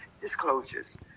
disclosures